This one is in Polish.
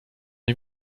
nie